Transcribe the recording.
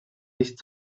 nicht